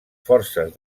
forces